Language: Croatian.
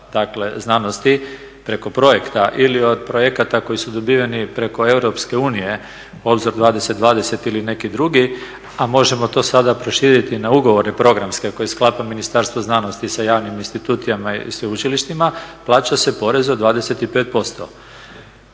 znanosti preko projekta ili od projekata koji su dobiveni preko EU Obzor 20/20 ili neki drugi a možemo to sada proširiti i na ugovore programske koje sklapa Ministarstvo znanosti sa javnim institucijama i sveučilištima plaća se porez od 25%.